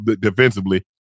defensively